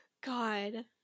God